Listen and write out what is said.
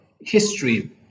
history